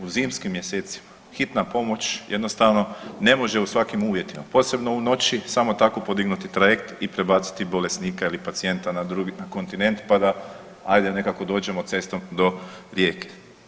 U zimskim mjesecima hitna pomoć jednostavno ne može u svakim uvjetima, posebno u noći samo tako podignuti trajekt i prebaciti bolesnika ili pacijenta na kontinent, pa da ajde nekako dođemo cestom do Rijeke.